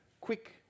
quick